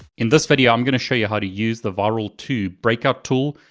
in this video, i'm gonna show you how to use the virl two, breakup tool,